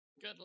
Good